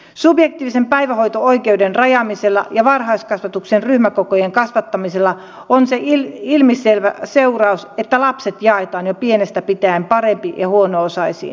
subjektiivisen päivähoito oikeuden rajaamisella ja varhaiskasvatuksen ryhmäkokojen kasvattamisella on se ilmiselvä seuraus että lapset jaetaan jo pienestä pitäen parempi ja huono osaisiin